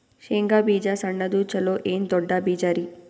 ಶೇಂಗಾ ಬೀಜ ಸಣ್ಣದು ಚಲೋ ಏನ್ ದೊಡ್ಡ ಬೀಜರಿ?